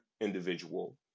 individual